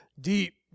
deep